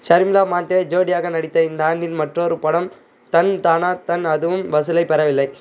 ஷர்மிளா மாந்த்ரே ஜோடியாக நடித்த இந்த ஆண்டின் மற்றொரு படம் தன் தானா தன் அதுவும் வசூலைப் பெறவில்லை